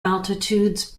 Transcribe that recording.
altitudes